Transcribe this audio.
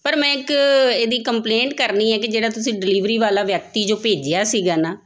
ਪਰ ਮੈਂ ਇੱਕ ਇਹਦੀ ਕੰਪਲੇਂਟ ਕਰਨੀ ਹੈ ਕਿ ਜਿਹੜਾ ਤੁਸੀਂ ਡਿਲੀਵਰੀ ਵਾਲਾ ਵਿਅਕਤੀ ਜੋ ਭੇਜਿਆ ਸੀਗਾ ਨਾ